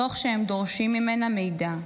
תוך שהם דורשים ממנה מידע.